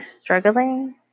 struggling